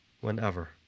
Whenever